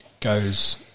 goes